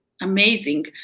Amazing